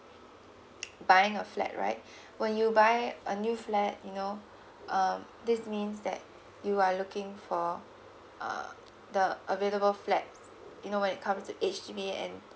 buying a flat right when you buy a new flat you know um this means that you are looking for uh the available flats you know when it comes to H_D_B and